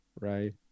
right